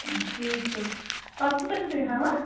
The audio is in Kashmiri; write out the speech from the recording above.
ٹھیٖک چھُ پَتہٕ کوٗتاہ چھُو تُہۍ ہٮ۪وان